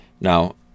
Now